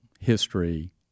history